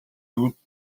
түүнчлэн